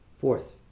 Fourth